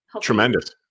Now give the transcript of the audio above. tremendous